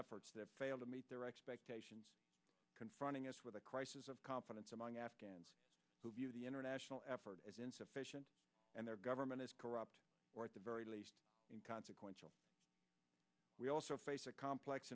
efforts that fail to meet their expectations confronting us with a crisis of confidence among afghans who view the international effort as insufficient and their government is corrupt or at the very least consequential we also face a complex